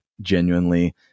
genuinely